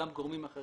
גם גורמים אחרים,